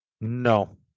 No